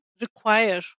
require